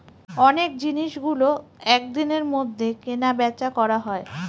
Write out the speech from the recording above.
অনেক জিনিসগুলো এক দিনের মধ্যে কেনা বেচা করা হয়